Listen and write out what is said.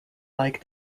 like